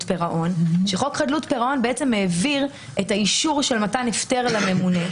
פירעון שהעביר את האישור של מתן הפטר לממונה,